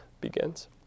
begins